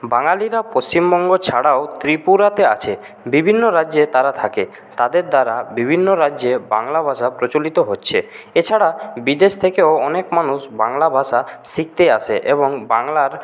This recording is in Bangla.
বাঙালিরা পশ্চিমবঙ্গ ছাড়াও ত্রিপুরাতে আছে বিভিন্ন রাজ্যে তারা থাকে তাদের দ্বারা বিভিন্ন রাজ্যে বাংলা ভাষা প্রচলিত হচ্ছে এছাড়া বিদেশ থেকেও অনেক মানুষ বাংলা ভাষা শিখতে আসে এবং বাংলার